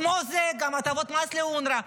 כמו זה גם הטבות מס לאונר"א,